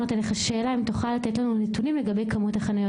האם תוכל לתת לנו נתונים לגבי כמות החניות